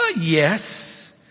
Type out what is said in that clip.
Yes